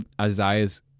Isaiah's